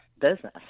business